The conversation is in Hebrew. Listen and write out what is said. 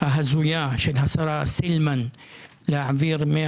ההזויה של השרה סילמן להעביר 100